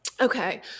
Okay